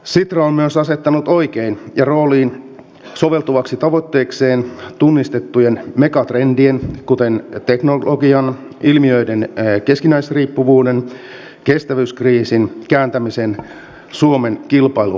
sitra on myös asettanut oikein ja sen rooliin soveltuvaksi tavoitteekseen tunnistettujen megatrendien kuten teknologian ilmiöiden keskinäisriippuvuuden ja kestävyyskriisin kääntämisen suomen kilpailueduksi